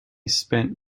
spent